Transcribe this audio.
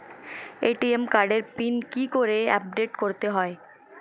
ATM কার্ডের pin কি করে আপডেট করতে হয়?